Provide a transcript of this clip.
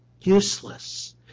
useless